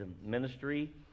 ministry